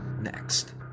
next